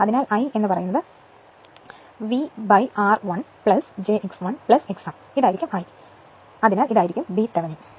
അതിനാൽ I ഇത് അവിടെ ഇല്ലാത്ത മറ്റൊരു കാര്യത്തെക്കുറിച്ച് മറക്കുക അതിനാൽ I v r1 j x1 x m ഇതാണ് I അതിനാൽ ബി തെവെനിൻ